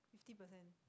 fifty percent